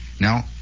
now